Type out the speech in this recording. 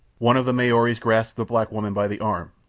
one of the maoris grasped the black woman by the arm,